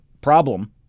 problem